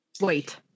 Wait